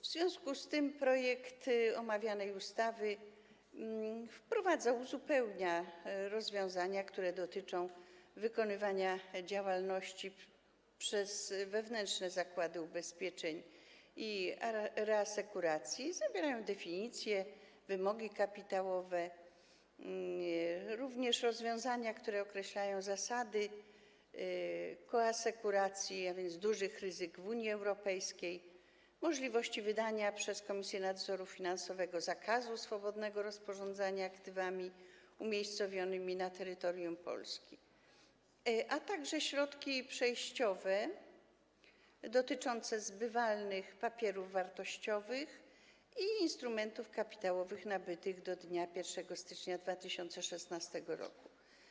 W związku z tym projekt omawianej ustawy wprowadza, uzupełnia rozwiązania, które dotyczą wykonywania działalności przez wewnętrzne zakłady ubezpieczeń i reasekuracji i obejmują definicje i wymogi kapitałowe, jak również rozwiązania, które określają zasady koasekuracji dużych ryzyk w Unii Europejskiej, możliwości wydania przez Komisję Nadzoru Finansowego zakazu swobodnego rozporządzania aktywami umiejscowionymi na terytorium Polski, a także środki przejściowe dotyczące zbywalnych papierów wartościowych i instrumentów kapitałowych nabytych do dnia 1 stycznia 2016 r.